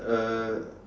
uh